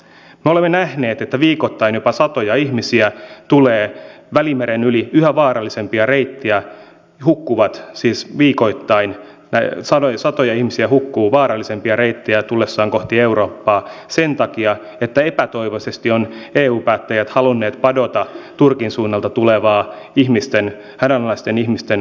me olemme nähneet että viikoittain jopa satoja ihmisiä tulee välimeren yli yhä vaarallisempia reittejä satoja ihmisiä tullessaan vaarallisempia reittejä kohti eurooppaa hukkuu sen takia että epätoivoisesti ovat eu päättäjät halunneet padota turkin suunnalta tulevaa hädänalaisten ihmisten hakeutumista turvaan